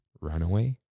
Runaway